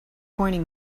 pointing